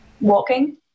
Walking